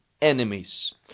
enemies